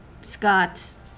Scott's